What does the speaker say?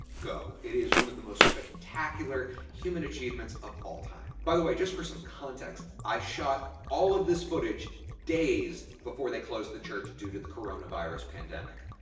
go. it is one of the most spectacular human achievements of all time. by the way, just for some context, i shot all of this footage days before they close the church due to the coronavirus pandemic.